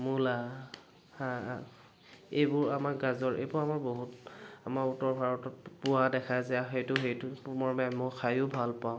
মূলা শাক এইবোৰ আমাৰ গাজৰ এইবোৰ আমাৰ বহুত আমাৰ উত্তৰ ভাৰতত পোৱা দেখা যায় সেইটো সেইটো মৰ্মে মই খায়ো ভাল পাওঁ